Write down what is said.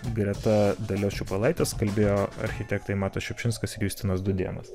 greta dalios čiupailaitės kalbėjo architektai matas šiupšinskas ir justinas dūdėnas